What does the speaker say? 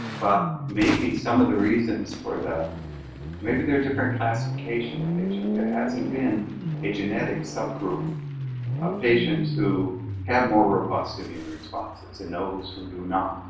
but maybe some of the reasons for the maybe there are different classification of patients. there hasn't been a genetic subgroup of ah patients who have more robust immune response. it's in those who do not.